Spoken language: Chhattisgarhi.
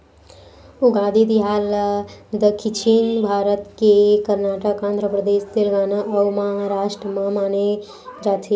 उगादी तिहार ल दक्छिन भारत के करनाटक, आंध्रपरदेस, तेलगाना अउ महारास्ट म मनाए जाथे